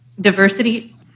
diversity